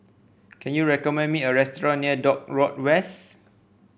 can you recommend me a restaurant near Dock Road West